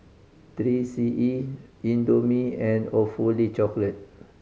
Three C E Indomie and Awfully Chocolate